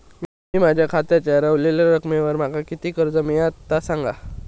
मी माझ्या खात्याच्या ऱ्हवलेल्या रकमेवर माका किती कर्ज मिळात ता सांगा?